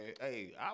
Hey